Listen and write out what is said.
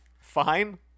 fine